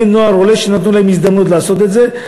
נוער עולה, שנתנו להם הזדמנות לעשות את זה.